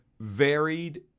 Varied